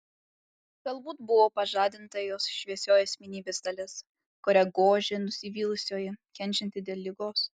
galbūt buvo pažadinta jos šviesioji asmenybės dalis kurią gožė nusivylusioji kenčianti dėl ligos